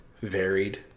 varied